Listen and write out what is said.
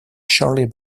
shirley